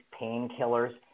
painkillers